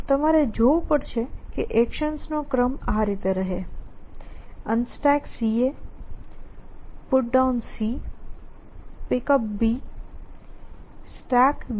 તમારે જોવું પડશે કે એક્શન નો ક્રમ આ રીતે રહે UnstackCA PutDown Pickup StackBC